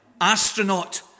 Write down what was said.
astronaut